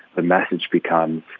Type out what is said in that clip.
the message becomes,